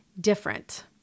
different